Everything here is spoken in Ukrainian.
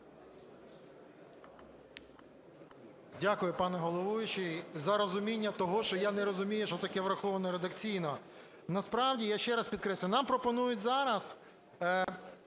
Дякую, пане головуючий, за розуміння того, що я не розумію, що таке враховано редакційно. Насправді, я ще раз підкреслюю, нам пропонують зараз